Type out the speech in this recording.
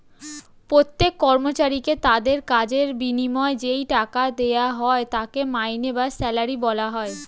প্রত্যেক কর্মচারীকে তাদের কাজের বিনিময়ে যেই টাকা দেওয়া হয় তাকে মাইনে বা স্যালারি বলা হয়